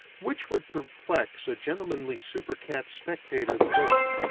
which would perplex a gentlemanly super-cat spectator the more,